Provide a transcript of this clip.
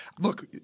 look